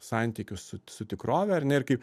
santykius su tikrove ar ne ir kaip